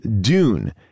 Dune